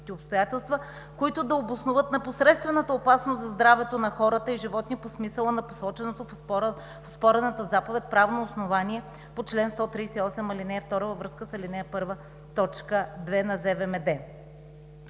обстоятелства, които да обосноват непосредствената опасност за здравето на хората и животни, по смисъла на посоченото в оспорената заповед правно основание по чл. 138, ал. 2 във връзка с ал. 1, т. 2 на ЗВМД.